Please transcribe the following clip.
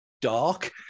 dark